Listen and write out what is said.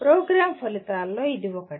programme ఫలితాల్లో ఇది ఒకటి